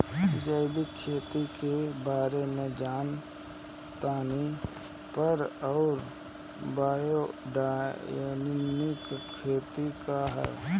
जैविक खेती के बारे जान तानी पर उ बायोडायनमिक खेती का ह?